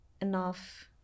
enough